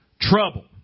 Trouble